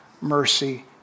mercy